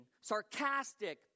sarcastic